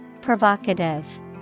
Provocative